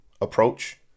approach